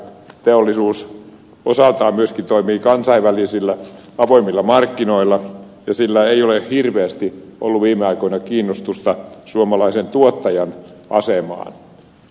teollisuus osaltaan toimii myös kansainvälisillä avoimilla markkinoilla ja sillä ei ole hirveästi ollut viime aikoina kiinnostusta suomalaisen tuottajan asemaan